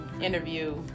interview